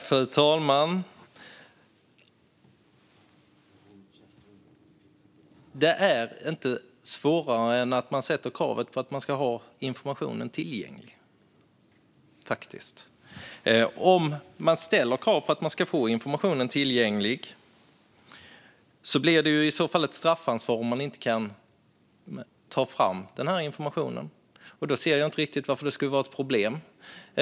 Fru talman! Det är inte svårare än att man ställer krav på att informationen ska vara tillgänglig. Om man ställer krav på att informationen ska vara tillgänglig blir det i så fall ett straffansvar om det inte går att ta fram informationen. Då ser jag inte riktigt varför det skulle vara ett problem.